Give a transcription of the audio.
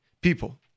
people